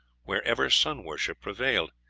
wherever sun-worship prevailed,